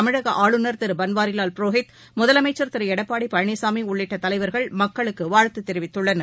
தமிழக ஆளுநா் திரு பன்வாரிலால் புரோகித் முதலமைச்சர் திரு எடப்பாடி பழனிசாமி உள்ளிட்ட தலைவர்கள் மக்களுக்கு வாழ்த்து தெரிவித்துள்ளனர்